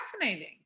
fascinating